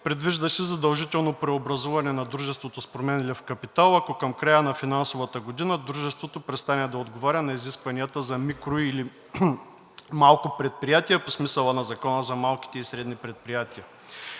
Предвижда се задължително преобразуване на дружеството с променлив капитал, ако към края на финансовата година дружеството престане да отговоря на изискванията за микро- или малко предприятие по смисъла на Закона за малките и средните предприятия.